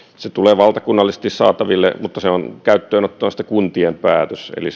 se tulee valtakunnallisesti saataville mutta sen käyttöönotto on sitten kuntien päätös eli